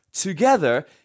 together